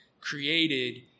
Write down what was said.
created